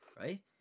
right